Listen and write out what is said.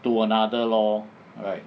to another lor right